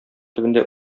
төбендә